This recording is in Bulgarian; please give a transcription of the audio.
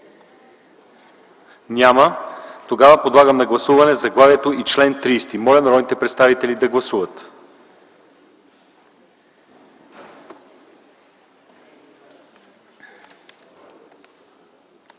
Няма. Подлагам на гласуване заглавието и чл. 30. Моля народните представители да гласуват.